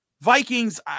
Vikings